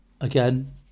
again